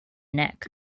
neck